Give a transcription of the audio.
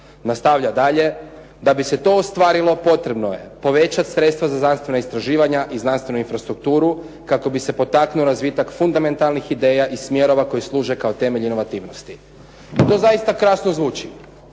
Nastavlja dalje. Da bi se to ostvarilo potrebno je povećati sredstva za znanstvena istraživanja i znanstvenu infrastrukturu kako bi se potaknuo razvitak fundamentalnih ideja i smjerova koji služe kao temelj inovativnosti. To zaista krasno zvuči.